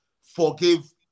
forgive